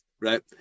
Right